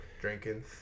drinking